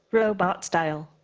robot style?